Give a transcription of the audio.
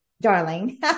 darling